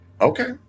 Okay